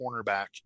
cornerback